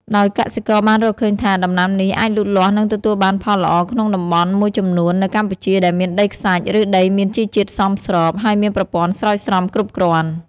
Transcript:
ដោយកសិករបានរកឃើញថា ដំណាំនេះអាចលូតលាស់និងទទួលបានផលល្អក្នុងតំបន់មួយចំនួននៅកម្ពុជាដែលមានដីខ្សាច់ ឬដីមានជីជាតិសមស្រប ហើយមានប្រព័ន្ធស្រោចស្រពគ្រប់គ្រាន់។